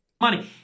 Money